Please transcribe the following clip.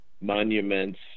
monuments